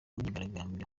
myigaragambyo